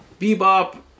Bebop